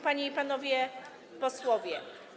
Panie i Panowie Posłowie!